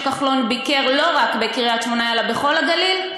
כחלון ביקר לא רק בקריית-שמונה אלא בכל הגליל?